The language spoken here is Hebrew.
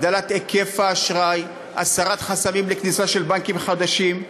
הגדלת היקף האשראי והסרת חסמים לכניסה של בנקים חדשים.